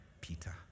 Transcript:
Peter